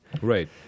Right